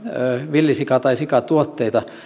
villisika tai sikatuotteita